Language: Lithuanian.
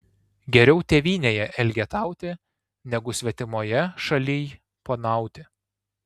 geriau tėvynėje elgetauti negu svetimoje šalyj ponauti